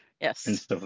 Yes